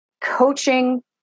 coaching